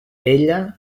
ella